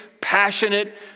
passionate